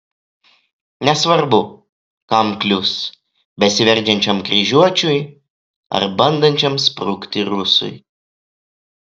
nesvarbu kam klius besiveržiančiam kryžiuočiui ar bandančiam sprukti rusui